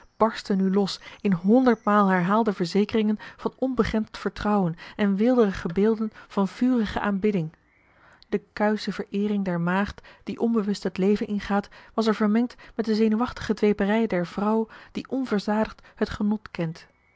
barstte nu los in honderdmaal herhaalde verzekeringen van onbegrensd vertrouwen en weelderige beelden van vurige aanbidding de kuische vereering der maagd die onbewust het leven ingaat was er vermengd met de zenuwachtige dweperij der vrouw die onverzadigd het genot kent